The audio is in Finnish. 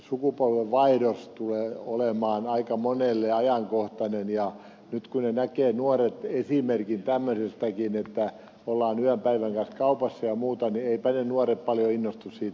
sukupolvenvaihdos tulee olemaan aika monelle ajankohtainen ja nyt kun nuoret näkevät esimerkin tämmöisestäkin että ollaan yötä päivää kaupassa ja muuta niin eivätpä ne nuoret paljon innostu siitä ammatista